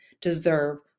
deserve